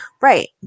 Right